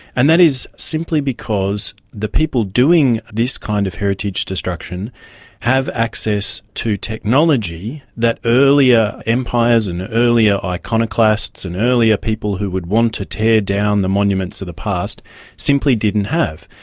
and that is simply because the people doing this kind of heritage destruction have access to technology that earlier empires and earlier iconoclasts and earlier people who would want to tear down the monuments of the past simply didn't have.